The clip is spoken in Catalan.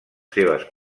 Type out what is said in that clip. seves